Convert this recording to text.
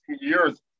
years